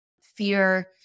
fear